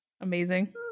Amazing